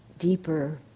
Deeper